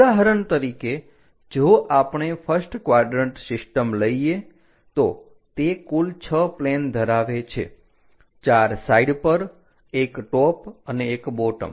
ઉદાહરણ તરીકે જો આપણે ફર્સ્ટ ક્વાડરન્ટ સિસ્ટમ લઈએ તો તે કુલ 6 પ્લેન ધરાવે છે 4 સાઈડ પર એક ટોપ અને એક બોટમ